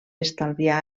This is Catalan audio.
estalviar